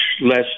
less